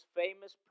famous